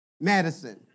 Madison